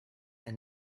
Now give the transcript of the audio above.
and